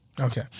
Okay